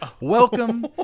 Welcome